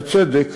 בצדק,